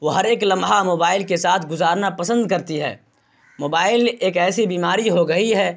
وہ ہر ایک لمحہ موبائل کے ساتھ گزارنا پسند کرتی ہے موبائل ایک ایسی بیماری ہو گئی ہے